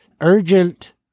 urgent